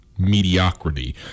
mediocrity